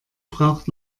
braucht